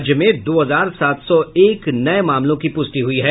राज्य में दो हजार सात सौ एक नये मामलों की प्रष्टि हुई है